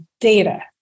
data